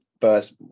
first